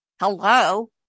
hello